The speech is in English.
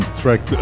track